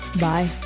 Bye